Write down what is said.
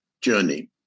journey